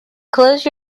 close